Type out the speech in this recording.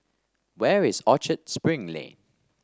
where is Orchard Spring Lane